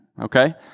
Okay